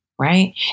right